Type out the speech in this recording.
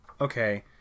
Okay